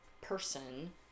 person